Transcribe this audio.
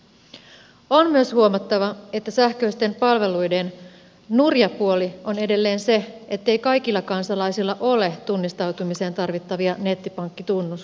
on myös huomattava että sähköisten palveluiden nurja puoli on edelleen se ettei kaikilla kansalaisilla ole tunnistautumiseen tarvittavia nettipankkitunnuksia